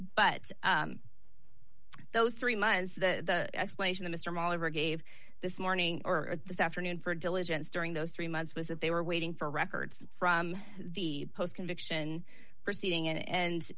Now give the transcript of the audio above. but those three months the explanation the mr moller gave this morning or this afternoon for diligence during those three months was that they were waiting for records from the post conviction proceeding and